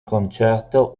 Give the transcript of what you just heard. concerto